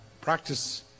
practice